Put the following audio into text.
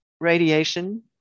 radiation